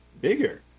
bigger